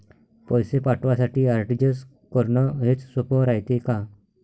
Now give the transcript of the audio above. पैसे पाठवासाठी आर.टी.जी.एस करन हेच सोप रायते का?